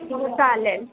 हो चालेल